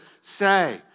say